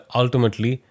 ultimately